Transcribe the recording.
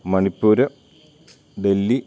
Manipur Delhi